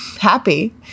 happy